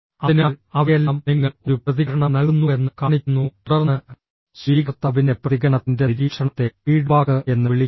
അതിനാൽ അവയെല്ലാം നിങ്ങൾ ഒരു പ്രതികരണം നൽകുന്നുവെന്ന് കാണിക്കുന്നു തുടർന്ന് സ്വീകർത്താവിൻ്റെ പ്രതികരണത്തിൻ്റെ നിരീക്ഷണത്തെ ഫീഡ്ബാക്ക് എന്ന് വിളിക്കുന്നു